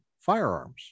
firearms